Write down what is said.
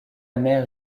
mère